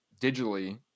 digitally